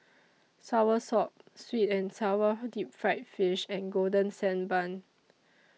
Soursop Sweet and Sour Deep Fried Fish and Golden Sand Bun